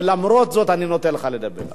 ולמרות זאת אני נותן לך לדבר.